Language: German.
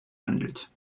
handelt